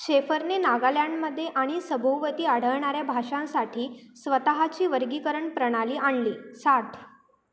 शेफरने नागालँडमध्ये आणि सभोवती आढळणाऱ्या भाषांसाठी स्वतःची वर्गीकरण प्रणाली आणली साठ